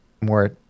more